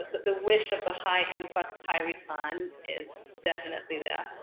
the wish of the high-impact-high return is definitely there.